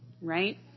right